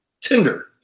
Tinder